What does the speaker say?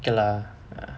okay lah